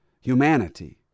humanity